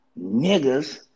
niggas